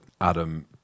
Adam